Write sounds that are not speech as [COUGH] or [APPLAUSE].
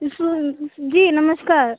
[UNINTELLIGIBLE] जी नमस्कार